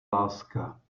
láska